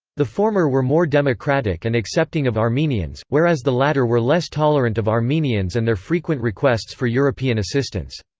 the former were more democratic and accepting of armenians, whereas the latter were less tolerant of armenians and their frequent requests for european assistance.